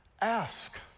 ask